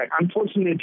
Unfortunately